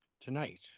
tonight